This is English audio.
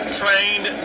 trained